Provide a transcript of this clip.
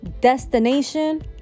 destination